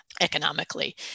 economically